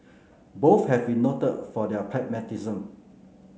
both have been noted for their pragmatism